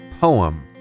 poem